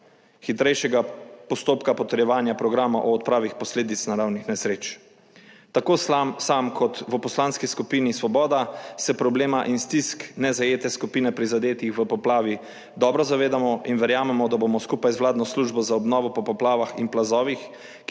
hitrejšega postopka potrjevanja programa o odpravi posledic naravnih nesreč. Tako sam kot v Poslanski skupini Svoboda se problema in stisk nezajete skupine prizadetih v poplavi dobro zavedamo in verjamemo, da bomo skupaj z vladno službo za obnovo po poplavah in plazovih,